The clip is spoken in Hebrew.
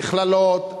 למכללות,